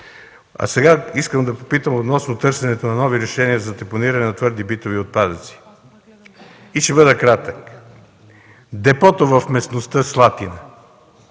Сега искам да попитам относно търсенето на нови решения за депониране на твърди битови отпадъци и ще бъда кратък. Депото в местността „Слатина”,